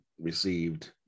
received